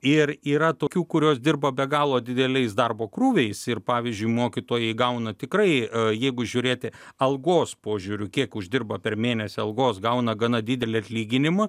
ir yra tokių kurios dirba be galo dideliais darbo krūviais ir pavyzdžiui mokytojai gauna tikrai jeigu žiūrėti algos požiūriu kiek uždirba per mėnesį algos gauna gana didelį atlyginimą